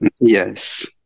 Yes